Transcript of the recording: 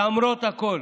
למרות הכול,